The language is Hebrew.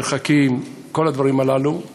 מרחקים, כל הדברים הללו הם